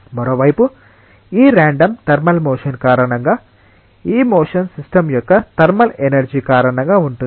మరోవైపు ఈ random thermal motion కారణంగా ఈ మోషన్ సిస్టం యొక్క థర్మల్ ఎనర్జీ కారణంగా ఉంటుంది